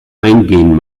eingehen